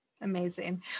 Amazing